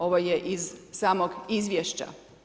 Ovo je iz samog izvješća.